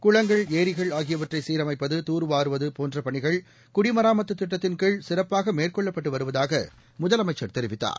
குளங்கள் ஏரிகள் ஆகியவற்றை சீரமைப்பது தூர்வாருவது போன்ற பணிகள் குடிமராமத்து திட்டத்தின்கீழ் சிறப்பாக மேற்கொள்ளப்பட்டு வருவதாக முதலமைச்சர் தெரிவித்தார்